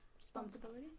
responsibility